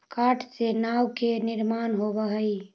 काठ से नाव के निर्माण होवऽ हई